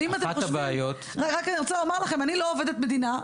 אני לא עובדת מדינה,